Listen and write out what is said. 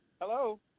Hello